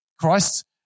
Christ